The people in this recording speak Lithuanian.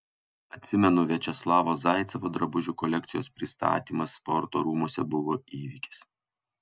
atsimenu viačeslavo zaicevo drabužių kolekcijos pristatymas sporto rūmuose buvo įvykis